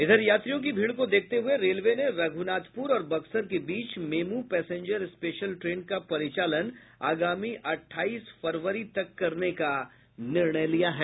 इधर यात्रियों की भीड़ को देखते हुए रेलवे ने रघुनाथपुर और बक्सर के बीच मेमू पैसेंजर स्पेशल ट्रेन का परिचालन आगामी अठाईस फरवरी तक करने का निर्णय लिया है